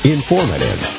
Informative